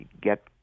get